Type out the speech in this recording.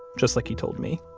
just like he told me